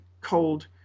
cold